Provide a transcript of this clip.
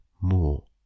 more